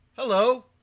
hello